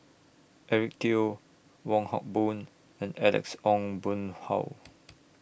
Eric Teo Wong Hock Boon and Alex Ong Boon Hau